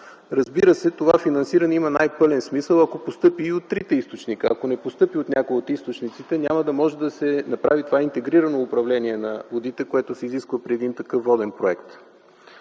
Разбира се, това финансиране има най-пълен смисъл, ако постъпи и от трите източника. Ако не постъпи от някой от източниците, няма да може да се направи това интегрирано управление на водите, което се изисква при един такъв воден проект.